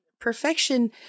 perfection